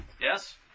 Yes